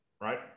Right